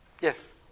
Yes